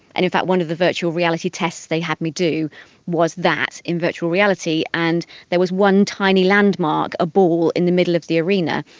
and in fact one of the virtual reality tests they had me do was that in virtual reality, and there was one tiny landmark, a ball in the middle of the arena,